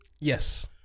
Yes